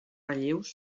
relleus